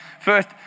first